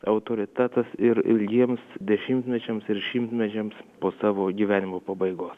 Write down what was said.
autoritetas ir ilgiems dešimtmečiams ir šimtmečiams po savo gyvenimo pabaigos